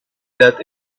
that